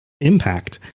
impact